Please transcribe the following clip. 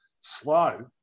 slow